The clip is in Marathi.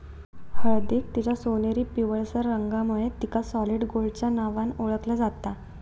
हळदीक तिच्या सोनेरी पिवळसर रंगामुळे तिका सॉलिड गोल्डच्या नावान ओळखला जाता